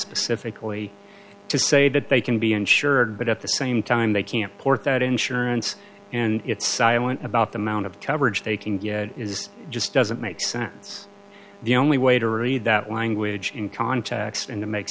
specifically to say that they can be insured but at the same time they can't port that insurance and it's silent about the mount of coverage they can get is just doesn't make sense the only way to read that wind which in context and to make